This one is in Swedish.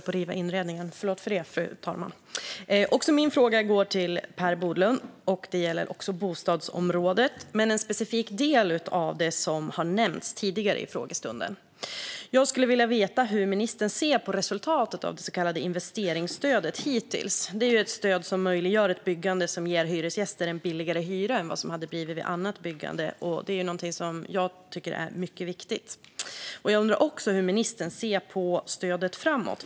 Fru talman! Också min fråga går till Per Bolund. Även den gäller bostadsområdet, men en specifik del av det som har nämnts tidigare i frågestunden. Jag skulle vilja veta hur ministern ser på resultatet av det så kallade investeringsstödet hittills. Det är ju ett stöd som möjliggör ett byggande som ger hyresgäster en billigare hyra än vad nivån skulle varit vid annat byggande. Det är någonting som jag tycker är mycket viktigt. Jag undrar också hur ministern ser på stödet framöver.